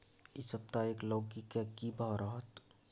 इ सप्ताह एक लौकी के की भाव रहत?